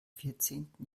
vierzehnten